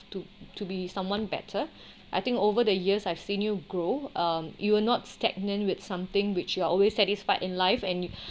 to to be someone better I think over the years I've seen you grow um you will not stagnant with something which you are always satisfied in life and you